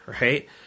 right